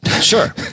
Sure